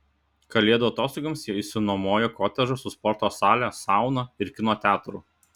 kalėdų atostogoms jie išsinuomojo kotedžą su sporto sale sauna ir kino teatru